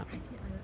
I didn't under~